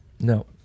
No